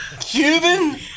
Cuban